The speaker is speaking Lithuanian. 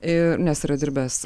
ir nes yra dirbęs